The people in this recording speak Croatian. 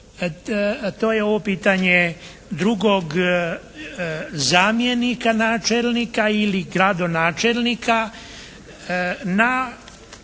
to je ovo pitanje drugog zamjenika načelnika ili gradonačelnika na